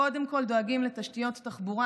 קודם כול דואגים לתשתיות תחבורה,